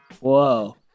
whoa